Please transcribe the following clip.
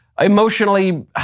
emotionally